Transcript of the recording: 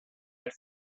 elle